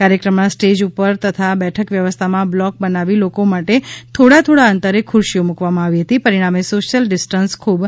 કાર્યક્રમમાં સ્ટેજ ઉપર તથા બઠક વ્યવસ્થામાં બ્લોક બનાવી લોકો માટે થોડા થોડા અંતરે ખુરશીઓ મુકવામાં આવી હતી પરિણામ સોશ્યલ ડિસ્ટનસ ખૂબ સારી રીત જળવાયુ હતું